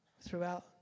throughout